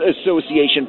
Association